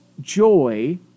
joy